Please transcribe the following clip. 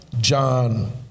John